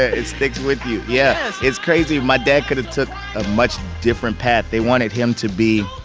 it sticks with you. yeah yes it's crazy. my dad could have took a much different path. they wanted him to be,